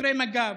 שוטרי מג"ב,